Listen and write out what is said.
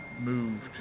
moved